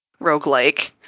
roguelike